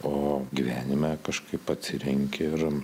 o gyvenime kažkaip atsirenki ir